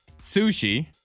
sushi